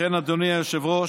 לכן, אדוני היושב-ראש,